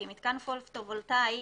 כי מתקן פוטו וולטאי,